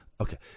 okay